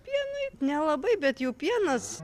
pienui nelabai bet jų pienas